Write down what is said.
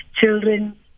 children